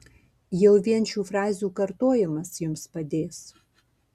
jau vien šių frazių kartojimas jums padės